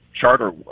Charter